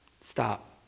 stop